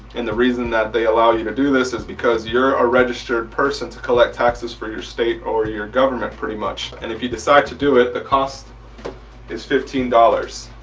and the reason that they allow you to do this is because you're a registered person to collect taxes for your state or your government pretty much. and if you decide to do it the cost is fifteen dollars.